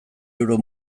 euro